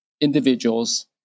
individuals